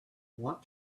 want